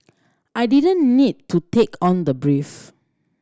I didn't need to take on the brief